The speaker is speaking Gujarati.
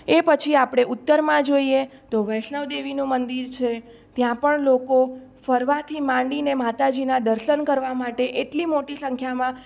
એ પછી આપણે ઉત્તરમાં જોઈએ તો વૈષ્ણવ દેવીનું મંદિર છે ત્યાં પણ લોકો ફરવાથી માંડીને માતાજીના દર્શન કરવા માટે એટલી મોટી સંખ્યામાં